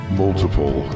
multiple